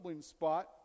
spot